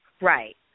right